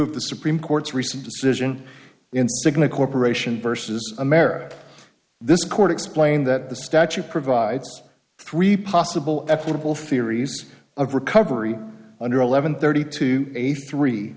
of the supreme court's recent decision in cigna corporation vs america this court explained that the statute provides three possible applicable theories of recovery under eleven thirty two eighty three